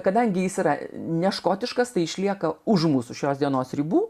kadangi jis yra ne škotiškas tai išlieka už mūsų šios dienos ribų